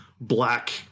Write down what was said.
black